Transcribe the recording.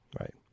right